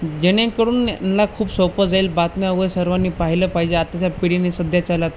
जेणेकरुन यांना खूप सोपं जाईल बातम्या वगैरे सर्वांनी पाहिलं पाहिजे आताच्या पिढीने सध्याचाला तर